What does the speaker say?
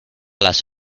las